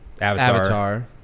Avatar